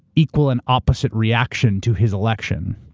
equal and opposite reaction to his election,